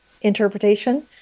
interpretation